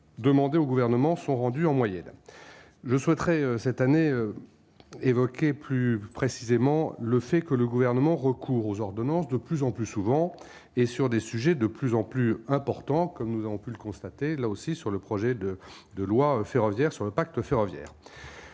demandés au gouvernement sont rendus en moyenne je souhaiterais cette année évoquer plus précisément le fait que le gouvernement recours aux ordonnances de plus en plus souvent et sur des sujets de plus en plus important, comme nous avons pu le constater là aussi sur le projet de de loi ferroviaire sur le pacte ferroviaire,